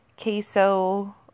Queso